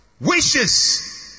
wishes